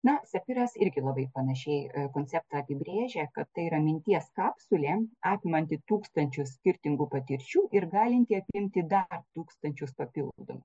na sapiras irgi labai panašiai konceptą apibrėžia kad tai yra minties kapsulė apimanti tūkstančius skirtingų patirčių ir galinti apimti dar tūkstančius papildomų